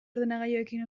ordenagailuekin